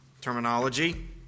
terminology